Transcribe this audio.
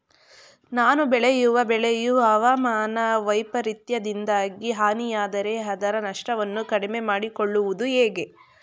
ನಾನು ಬೆಳೆಯುವ ಬೆಳೆಯು ಹವಾಮಾನ ವೈಫರಿತ್ಯದಿಂದಾಗಿ ಹಾನಿಯಾದರೆ ಅದರ ನಷ್ಟವನ್ನು ಕಡಿಮೆ ಮಾಡಿಕೊಳ್ಳುವುದು ಹೇಗೆ?